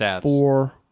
four